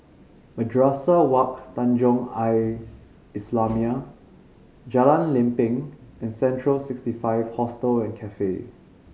Madrasah Wak Tanjong Al Islamiah Jalan Lempeng and Central Sixty Five Hostel and Cafe